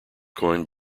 coined